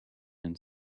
and